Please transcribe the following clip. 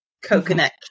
coconut